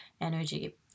energy